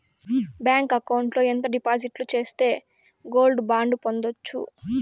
Bank account లో ఎంత డిపాజిట్లు సేస్తే గోల్డ్ బాండు పొందొచ్చు?